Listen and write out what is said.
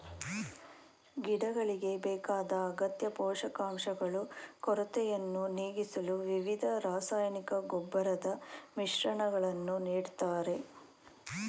ಗಿಡಗಳಿಗೆ ಬೇಕಾದ ಅಗತ್ಯ ಪೋಷಕಾಂಶಗಳು ಕೊರತೆಯನ್ನು ನೀಗಿಸಲು ವಿವಿಧ ರಾಸಾಯನಿಕ ಗೊಬ್ಬರದ ಮಿಶ್ರಣಗಳನ್ನು ನೀಡ್ತಾರೆ